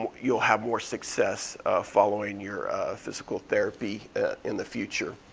you'll have more success following your physical therapy in the future.